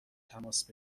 تماس